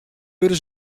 wurde